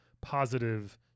positive